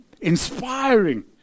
inspiring